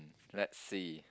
lets see